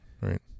right